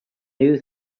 new